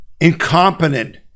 Incompetent